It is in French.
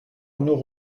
arnaud